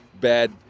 bad